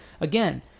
again